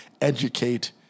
educate